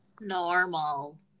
normal